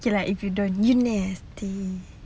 okay lah if you don't you nasty